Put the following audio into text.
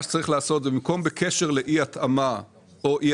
מה שצריך לעשות זה במקום קשר לאי התאמה או אי